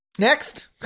Next